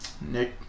Nick